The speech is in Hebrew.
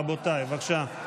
רבותיי, בבקשה.